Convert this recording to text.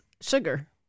sugar